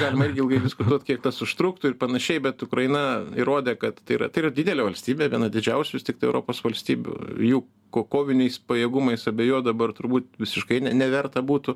galima irgi ilgai diskutuot kiek tas užtruktų ir panašiai bet ukraina įrodė kad tai yra tai yra didelė valstybė viena didžiausių vis tiktai europos valstybių jų ko koviniais pajėgumais abejot dabar turbūt visiškai ne neverta būtų